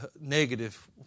negative